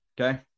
Okay